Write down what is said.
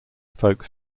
folk